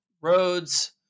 roads